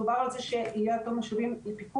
דובר על זה שיהיה יותר משאבים מפיקוח,